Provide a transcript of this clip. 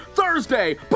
Thursday